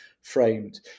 framed